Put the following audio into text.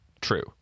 true